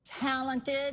talented